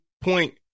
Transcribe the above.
point